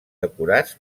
decorats